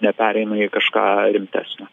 nepereina į kažką rimtesnio